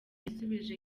yasubije